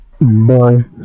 bye